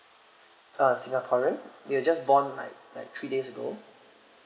uh singaporean they were just born like like three days ago